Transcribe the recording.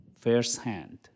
firsthand